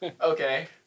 Okay